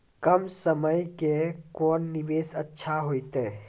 कम समय के कोंन निवेश अच्छा होइतै?